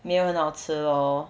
没有很好吃 lor